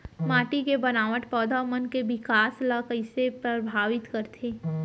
माटी के बनावट पौधा मन के बिकास ला कईसे परभावित करथे